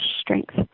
strength